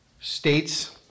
states